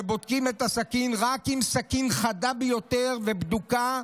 כשבודקים את הסכין, ורק עם סכין חדה ביותר ובדוקה,